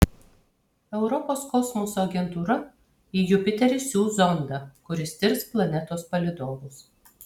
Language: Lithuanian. europos kosmoso agentūra į jupiterį siųs zondą kuris tirs planetos palydovus